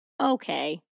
Okay